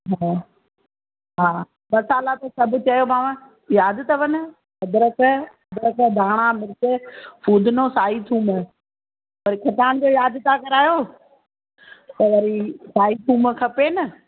हा हा मसाला त सभु चयोमाव यादि अथव न अदरक धाणा मिर्च पुदिनो साई थूम ऐं तव्हांखे यादि छा करायो त वरी साई थूम खपे न